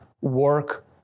work